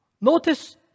Notice